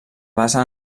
basa